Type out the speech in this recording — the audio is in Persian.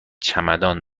چمدان